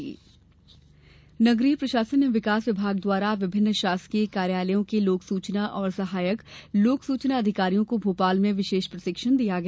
सूचना प्रशिक्षण नगरीय प्रशासन एवं विकास विभाग द्वारा विभिन्न शासकीय कार्यालयों के लोक सूचना और सहायक लोक सूचना अधिकारियों को भोपाल में विशेष प्रशिक्षण दिया गया